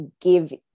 give